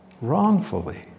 Wrongfully